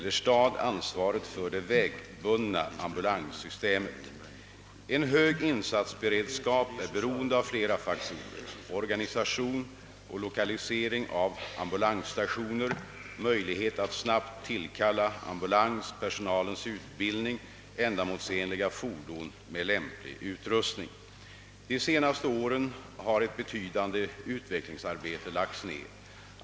En hög insatsberedskap är beroende av flera faktorer — organisation och lokalisering av ambulansstationer, möjlighet att snabbt tillkalla ambulans, personalens utbildning, ändamålsenliga fordon med lämplig utrustning. De senaste åren har ett betydande utvecklingsarbete lagts ned.